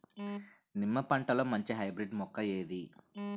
నిమ్మ పంటలో మంచి హైబ్రిడ్ మొక్క ఏది?